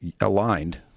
aligned